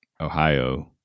Ohio